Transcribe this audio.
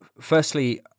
firstly